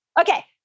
Okay